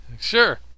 Sure